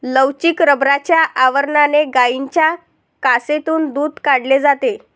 लवचिक रबराच्या आवरणाने गायींच्या कासेतून दूध काढले जाते